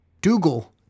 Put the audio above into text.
Dougal